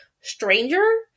Stranger